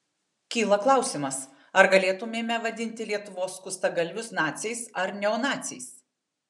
kyla klausimas ar galėtumėme vadinti lietuvos skustagalvius naciais ar neonaciais